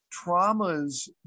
traumas